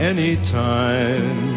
Anytime